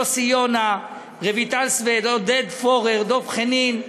יוסי יונה, רויטל סויד, עודד פורר, דב חנין,